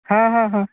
হ্যাঁ হ্যাঁ হ্যাঁ